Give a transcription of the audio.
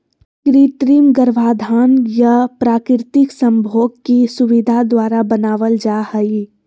कृत्रिम गर्भाधान या प्राकृतिक संभोग की सुविधा द्वारा बनाबल जा हइ